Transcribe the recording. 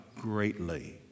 greatly